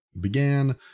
began